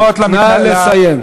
נא לסיים.